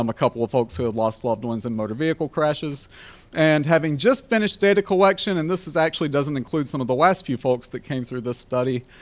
um couple of folks who had lost loved ones in motor vehicle crashes and having just finished data collection. and this is actually doesn't include some of the last few folks that came through this study.